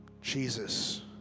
Jesus